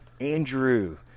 Andrew